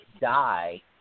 die